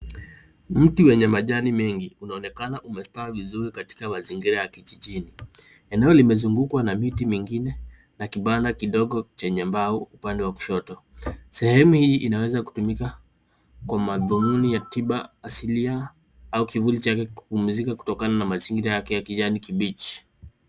Mti wenye majani mengi unaonekana umestawi vizuri katika mazingira ya kijijini. Eneno limezungukwa na miti mingine na kibanda kidogo chenye mbao upande wa kushoto. Sehemu hii inaweza kutumika kwa madhumuni ya tiba asilia au kivuli chake kupumzika kutokana na mazingira yake ya kijani kibichi.